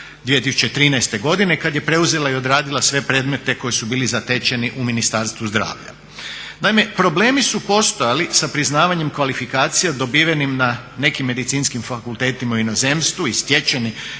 2013. godine kad je preuzela i odradila sve predmete koji su bili zatečeni u Ministarstvu zdravlja. Naime, problemi su postojali sa priznavanjem kvalifikacija dobivenim na nekim medicinskim fakultetima u inozemstvu i stečeni